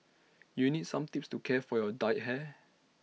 you need some tips to care for your dyed hair